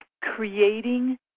creating